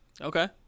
Okay